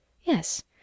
Yes